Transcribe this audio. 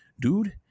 dude